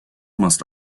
must